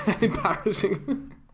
Embarrassing